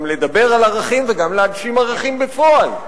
גם לדבר על ערכים וגם להגשים ערכים בפועל.